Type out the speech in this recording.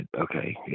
okay